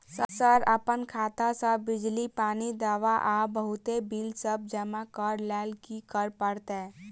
Sir अप्पन खाता सऽ बिजली, पानि, दवा आ बहुते बिल सब जमा करऽ लैल की करऽ परतै?